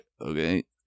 Okay